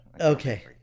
Okay